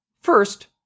First